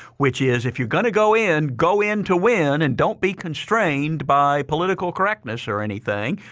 which is if you're going to go in, go in to win and don't be constrained by political correctness or anything.